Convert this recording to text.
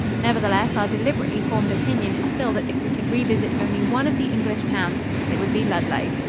nevertheless, our deliberately formed opinion is still that if we could re-visit only one of the english towns it would be ludlow.